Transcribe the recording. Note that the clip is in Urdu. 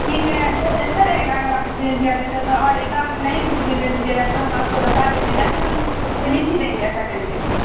ٹھیک ہے وہ کیسے رہے گا اگر آپ چینج کر دیتے تو اور ایک آپ نئی بک بھی دے دیجیے گا جو ہم آپ کو بتا دیتے ہیں یا پھر ہم ان کو اس پہ لکھ ہی دیں گے ایسا کریں گے تو